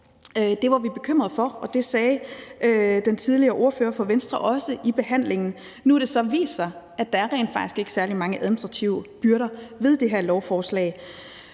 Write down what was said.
Det var vi bekymret for, og det sagde den tidligere ordfører for Venstre også i behandlingen. Nu har det så vist sig, at der rent faktisk ikke er særlig mange administrative byrder ved det her lovforslag.